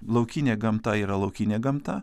laukinė gamta yra laukinė gamta